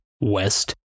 west